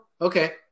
Okay